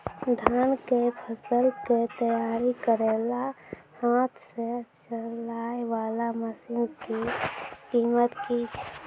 धान कऽ फसल कऽ तैयारी करेला हाथ सऽ चलाय वाला मसीन कऽ कीमत की छै?